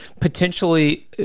potentially